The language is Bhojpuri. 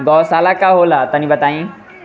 गौवशाला का होला तनी बताई?